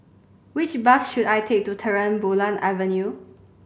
which bus should I take to Terang Bulan Avenue